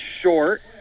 short